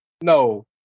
no